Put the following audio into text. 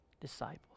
disciples